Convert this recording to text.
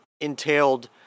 entailed